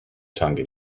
tongue